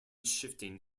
shifting